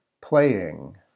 playing